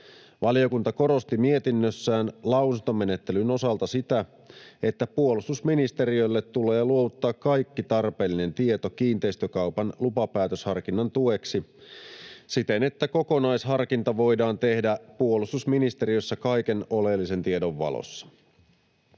Valiokunta korosti mietinnössään lausuntomenettelyn osalta sitä, että puolustusministeriölle tulee luovuttaa kaikki tarpeellinen tieto kiinteistökaupan lupapäätösharkinnan tueksi, siten että kokonaisharkinta voidaan tehdä puolustusministeriössä kaiken oleellisen tiedon valossa.